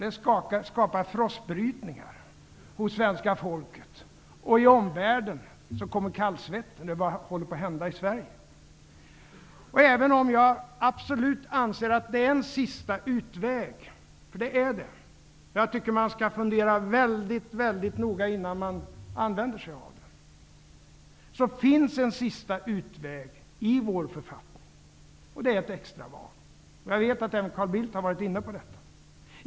Det skapar frossbrytningar hos svenska folket. I omvärlden kommer kallsvetten: Vad håller på att hända i Sverige? Även om jag absolut anser att det är en sista utväg -- för det är det -- och att man skall fundera väldigt noga innan man använder sig av det, finns en sista utväg i vår författning. Det är extra val. Jag vet att även Carl Bildt har varit inne på detta.